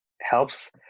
Helps